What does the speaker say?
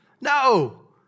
No